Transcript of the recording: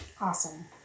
Awesome